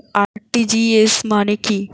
RTGS মানে কি?